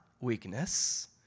weakness